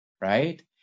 Right